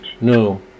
No